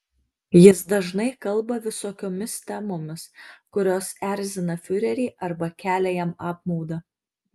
jis dažnai kalba visokiomis temomis kurios erzina fiurerį arba kelia jam apmaudą